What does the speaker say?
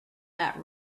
that